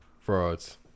Frauds